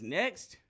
next